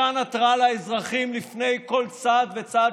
מתן התראה לאזרחים בפני כל צעד וצעד